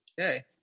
Okay